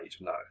No